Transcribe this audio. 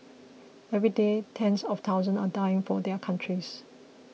every day tens of thousands are dying for their countries